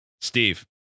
Steve